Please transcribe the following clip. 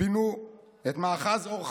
פינו את מאחז אור חיים,